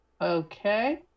Okay